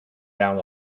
down